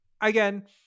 again